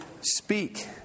speak